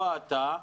לא אתה.